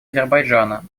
азербайджана